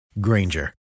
Granger